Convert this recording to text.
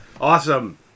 Awesome